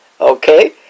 okay